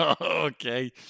Okay